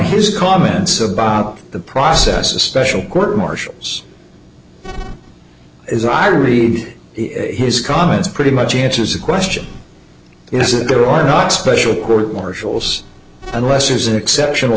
his comments about the process a special court martials as i read his comments pretty much answers the question is it there or not special court martials unless there's an exceptional